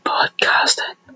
Podcasting